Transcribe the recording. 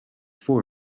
four